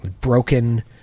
broken